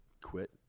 quit